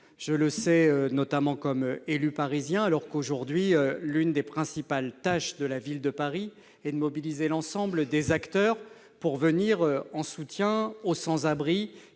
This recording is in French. Je le constate notamment en tant qu'élu parisien : aujourd'hui, l'une des principales tâches de la Ville de Paris est de mobiliser l'ensemble des acteurs pour venir en soutien aux sans-abri